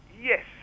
Yes